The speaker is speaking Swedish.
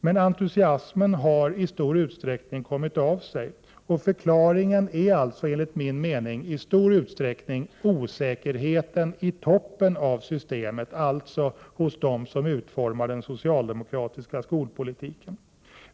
Men entusiasmen har istor utsträckning kommit av sig. Och förklaringen är, enligt min mening, osäkerheten i toppen av systemet, hos dem som utformar den socialdemokratiska skolpolitiken.